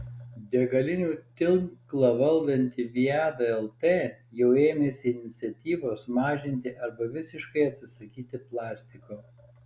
degalinių tinklą valdanti viada lt jau ėmėsi iniciatyvos mažinti arba visiškai atsisakyti plastiko